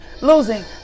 losing